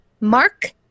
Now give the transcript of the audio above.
Mark